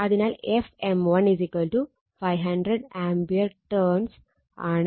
അതിനാൽ F m1 500 A T ആണ്